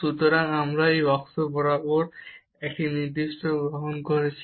সুতরাং আমরা এই x অক্ষ বরাবর একটি নির্দিষ্ট পথ গ্রহণ করছি